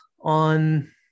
on